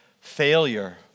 failure